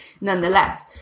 nonetheless